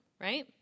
right